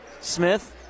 Smith